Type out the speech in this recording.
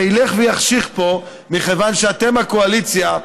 זה ילך ויחשיך פה, מכיוון שאתם, הקואליציה,